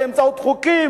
באמצעות חוקים,